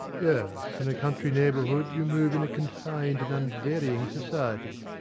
yes, in a country neighbourhood you move in a confined and unvarying society.